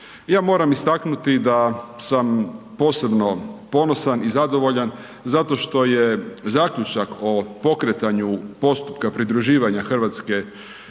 Ja moram istaknuti da sam posebno ponosan i zadovoljan zato što je zaključak o pokretanju postupka pridruživanja Hrvatske